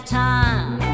time